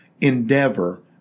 endeavor